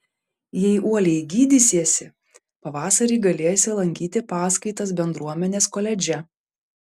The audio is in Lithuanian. jei uoliai gydysiesi pavasarį galėsi lankyti paskaitas bendruomenės koledže